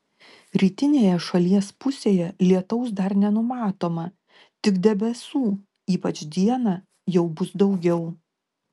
rytinėje šalies pusėje lietaus dar nenumatoma tik debesų ypač dieną jau bus daugiau